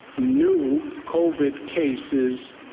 new covid cases.